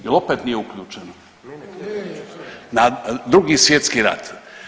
Jel' opet nije uključeno? [[Upadica: Je, je.]] Na Drugi svjetski rat.